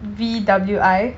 V_W_I